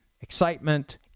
excitement